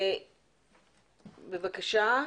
בבקשה.